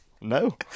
No